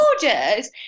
gorgeous